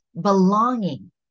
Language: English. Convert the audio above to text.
belonging